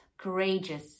courageous